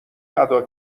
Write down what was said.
ادا